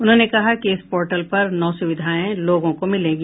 उन्होंने कहा कि इस पोर्टल पर नौ सुविधाएं लोगों को मिलेगी